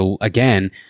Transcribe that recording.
again